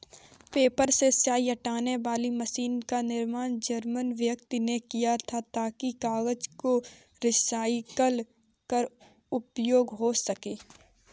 paper से स्याही हटाने वाली मशीन का निर्माण जर्मन व्यक्ति ने किया था ताकि कागज को रिसाईकल कर उपयोग हो सकें